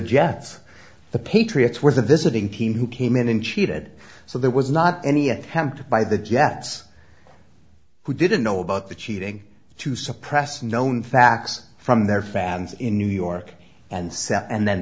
jets the patriots were the visiting team who came in and cheated so there was not any attempt by the jets who didn't know about the cheating to suppress known facts from their fans in new york and sell and then